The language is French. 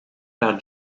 par